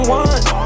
one